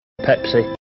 Pepsi